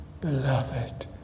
beloved